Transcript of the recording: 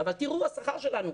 אבל תראו את השכר שלנו,